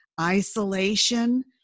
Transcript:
isolation